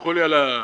סלחו לי על הציניות.